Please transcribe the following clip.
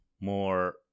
more